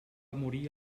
morir